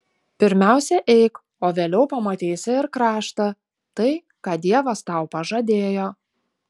pirmiausia eik o vėliau pamatysi ir kraštą tai ką dievas tau pažadėjo